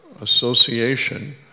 association